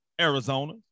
Arizona